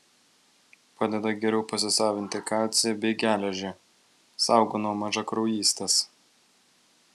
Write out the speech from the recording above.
padeda geriau pasisavinti kalcį bei geležį saugo nuo mažakraujystės